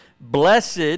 blessed